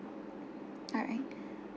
alright